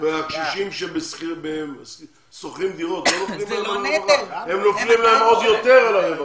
הקשישים ששוכרים דירות להם לוקחים עוד יותר.